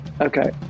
okay